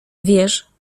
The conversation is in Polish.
wierz